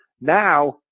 Now